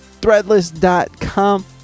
threadless.com